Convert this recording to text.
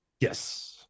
Yes